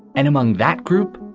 and among that group,